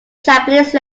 japanese